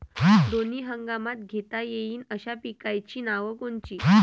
दोनी हंगामात घेता येईन अशा पिकाइची नावं कोनची?